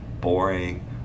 boring